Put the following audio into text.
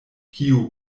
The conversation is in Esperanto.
kiu